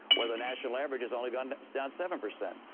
where the national average has only gone down seven percent.